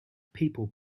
people